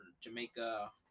Jamaica